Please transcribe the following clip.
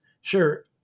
Sure